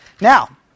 Now